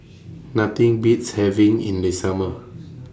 Nothing Beats having in The Summer